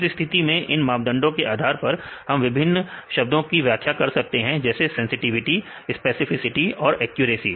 इस स्थिति में इन मापदंडों के आधार पर हम विभिन्न शब्दों की व्याख्या कर सकते हैं जैसे सेंसटिविटी स्पेसिफिसिटी और एक्यूरेसी